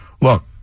Look